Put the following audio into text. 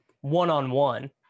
one-on-one